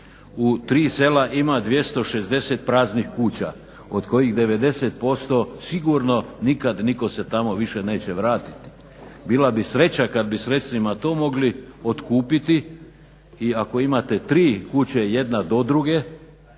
u tri sela ima 260 praznih kuća od kojih 90% sigurno nikad niko se tamo neće više vratiti. Bila bi sreća kada bi sredstvima to mogli otkupiti i ako imati tri kuće jedna do druge